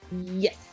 Yes